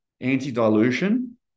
Anti-dilution